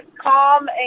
calm